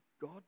God